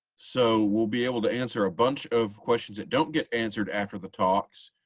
so we'll be able to answer a bunch of questions that don't get answered after the talks